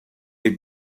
the